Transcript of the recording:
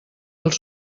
als